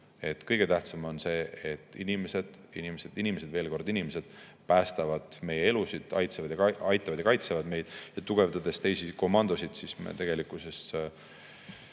Kõige tähtsam on see, et inimesed, inimesed, inimesed, veel kord, inimesed päästavad meie elusid, aitavad ja kaitsevad meid. Tugevdades teisi komandosid, me tegelikkuses